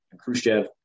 Khrushchev